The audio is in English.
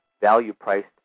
value-priced